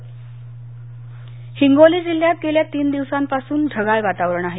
हवामान् हिंगोली जिल्ह्यात गेल्या तीन दिवसापासून ढगाळ वातावरण आहे